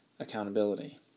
accountability